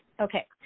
Okay